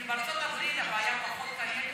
בארצות הברית הבעיה פחות קיימת,